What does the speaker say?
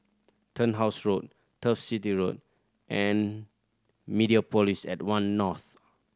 Turnhouse Road Turf City Road and Mediapolis at One North